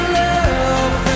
love